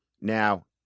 Now